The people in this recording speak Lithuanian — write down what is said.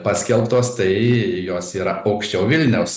paskelbtos tai jos yra aukščiau vilniaus